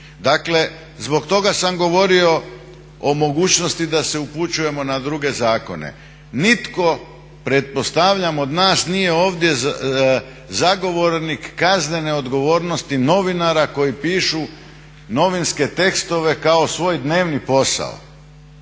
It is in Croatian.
Dakle, zbog toga sam govorio o mogućnosti da se upućujemo na druge zakone. Nitko pretpostavljam od nas nije ovdje zagovornik kaznene odgovornosti novinara koji pišu novinske tekstove kao svoj dnevni posao,